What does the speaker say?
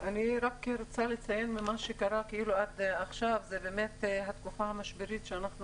אני רוצה לציין ממה שקרה שזאת תקופת המשבר שאנחנו